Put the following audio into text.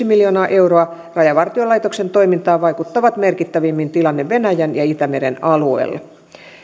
miljoonaa euroa rajavartiolaitoksen toimintaan vaikuttaa merkittävimmin tilanne venäjän ja itämeren alueella